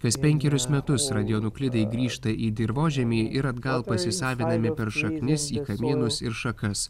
kas penkerius metus radionuklidai grįžta į dirvožemį ir atgal pasisavinami per šaknis kamienus ir šakas